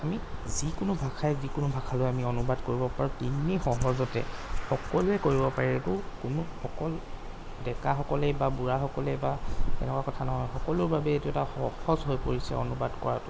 আমি যিকোনো ভাষাই যিকোনো ভাষালৈ আমি অনুবাদ কৰিব পাৰোঁ তেনেই সহজতে সকলোৱে কৰিব পাৰে একো কোনো অকল ডেকাসকলেই বা বুঢ়াসকলেই বা এনেকুৱা কথা নহয় সকলোৰ বাবেই এইটো এটা সহজ হৈ পৰিছে অনুবাদ কৰাটো